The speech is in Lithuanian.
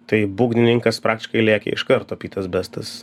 tai būgnininkas praktiškai lėkė iš karto pitas bestas